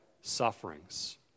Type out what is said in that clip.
sufferings